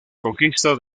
conquista